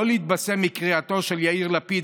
לא להתבשם מקריאתו של יאיר לפיד,